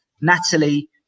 Natalie